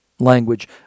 language